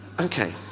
Okay